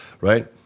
right